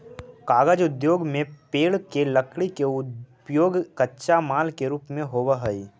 कागज उद्योग में पेड़ के लकड़ी के उपयोग कच्चा माल के रूप में होवऽ हई